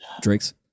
Drake's